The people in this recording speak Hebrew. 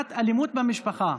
למניעת אלימות שמפחה.